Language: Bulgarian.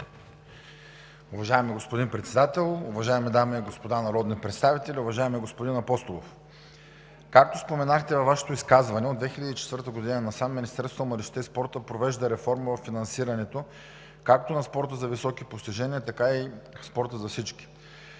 Уважаеми господин Председател, уважаеми дами и господа народни представители! Уважаеми господин Апостолов, както споменахте във Вашето изказване, от 2004 г. насам Министерството на младежта и спорта провежда реформа във финансирането както на спорта за високи постижения, така и на спорта за всички.